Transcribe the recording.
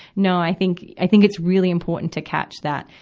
no, i think, i think it's really important to catch that,